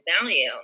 value